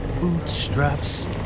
bootstraps